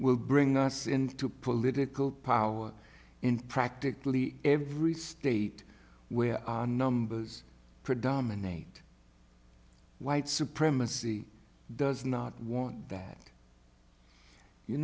will bring us into political power in practically every state where numbers predominate white supremacy does not want that you